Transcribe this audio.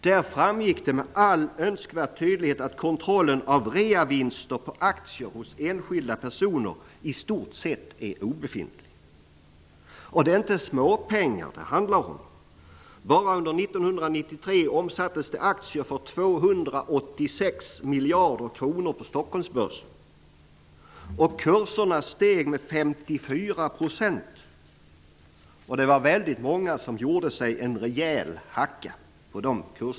Här framgick det med all önskvärd tydlighet att kontrollen av reavinster på aktier hos enskilda personer i stort sett är obefintlig. Och det är inte småpengar som det handlar om. Bara under 1993 Många gjorde sig en rejäl hacka.